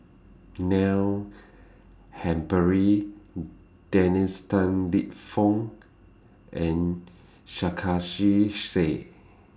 Neil Humphreys Dennis Tan Lip Fong and Sarkasi Said